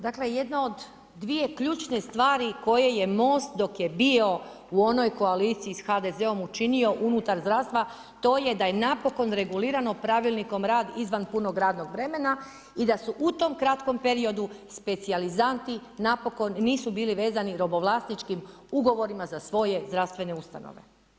Dakle jedna od dvije ključne stvari koje je Most dok je bio u onoj koaliciji s HDZ-om učinio unutar zdravstva, to je da je napokon regulirano pravilnikom rad izvan punog radnog vremena i da su u tom kratkom vremenu, specijalizanti, napokon nisu bile vezane robovlasničkim ugovorima za svoje zdravstvene ustanove.